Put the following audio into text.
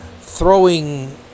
throwing